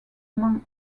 among